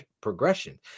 progression